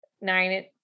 nine